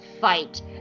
fight